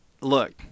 Look